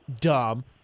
dumb